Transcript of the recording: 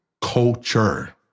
culture